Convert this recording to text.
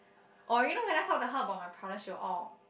or you know when I talk to her about my problems she will orh